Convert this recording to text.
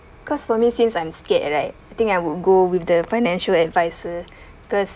cause for me since I'm scared right I think I would go with the financial adviser cause